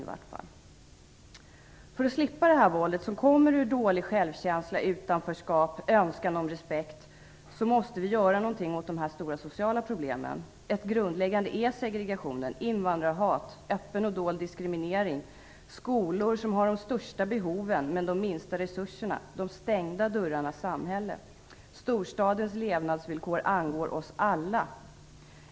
För att man skall slippa det våld som kommer ur dålig självkänsla, utanförskap och önskan om respekt måste vi göra någonting åt de stora sociala problemen. Ett grundläggande problem är segregationen. Det handlar om invandrarhat, öppen och dold diskriminering, skolor som har de största behoven men de minsta resurserna och de stängda dörrarnas samhälle. Storstadens levnadsvillkor angår oss alla.